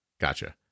Gotcha